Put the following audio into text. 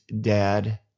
Dad